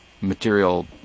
material